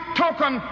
token